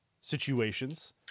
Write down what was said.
situations